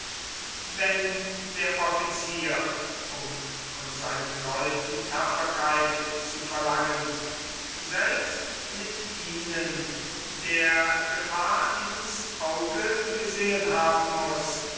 wenn der offizier um von seinen leuten tapferkeit zu verlangen selbst mit ihnen der gefahr ins auge gesehen haben muß